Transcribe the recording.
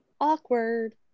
Awkward